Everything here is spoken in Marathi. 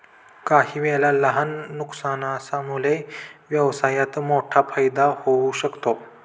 काहीवेळा लहान नुकसानामुळे व्यवसायात मोठा फायदा होऊ शकतो